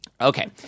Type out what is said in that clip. Okay